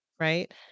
right